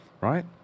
Right